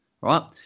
right